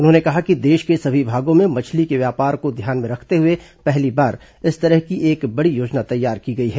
उन्होंने कहा कि देश के सभी भागों में मछली के व्यापार को ध्यान में रखते हए पहली बार इस तरह की एक बड़ी योजना तैयार की गई है